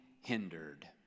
hindered